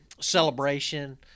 celebration